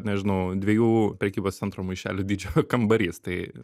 nežinau dviejų prekybos centrų maišelių dydžio kambarys tai